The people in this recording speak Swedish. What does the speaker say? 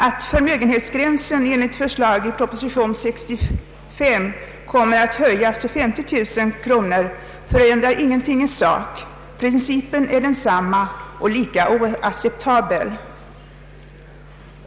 Att förmögenhetsgränsen nu enligt förslag i proposition nr 65 kommer att höjas till 50 000 kronor förändrar ingenting i sak; principen är densamma och lika oacceptabel.